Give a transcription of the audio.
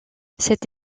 cette